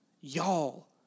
Y'all